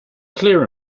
clear